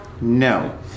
No